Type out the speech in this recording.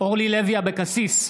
אורלי לוי אבקסיס,